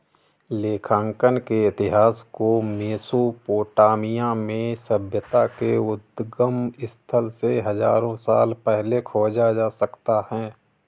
लेखांकन के इतिहास को मेसोपोटामिया में सभ्यता के उद्गम स्थल से हजारों साल पहले खोजा जा सकता हैं